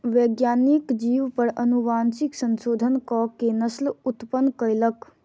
वैज्ञानिक जीव पर अनुवांशिक संशोधन कअ के नस्ल उत्पन्न कयलक